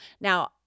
Now